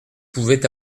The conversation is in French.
pouvait